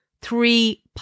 three